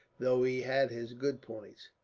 though he had his good points.